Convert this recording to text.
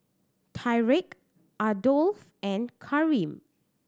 Tyrek Adolph and Karim